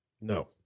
No